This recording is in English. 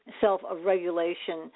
Self-regulation